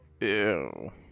Ew